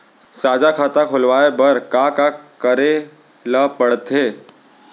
साझा खाता खोलवाये बर का का करे ल पढ़थे?